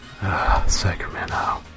sacramento